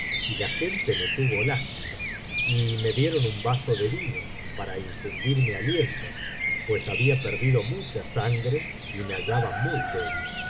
y la gente me tuvo lástima y me dieron un vaso de vino para infundirme alientos pues había perdido mucha sangre y me hallaba muy débil